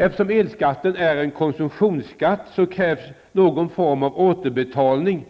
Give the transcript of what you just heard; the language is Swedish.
Eftersom elskatten är en konsumtionsskatt, krävs någon form av återbetalning